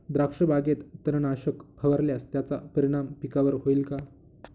द्राक्षबागेत तणनाशक फवारल्यास त्याचा परिणाम पिकावर होईल का?